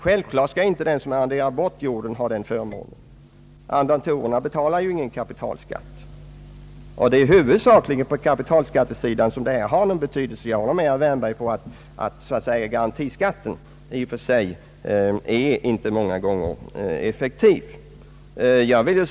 Självklart bör den som arrenderar ut jord inte ha denna förmån — arrendatorerna betalar ju ingen kapitalskatt — och det är i huvudsak på kapitalbeskattningens område som taxeringsvärdena har någon betydelse.